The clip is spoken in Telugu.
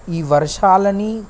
ఈ వర్షాలని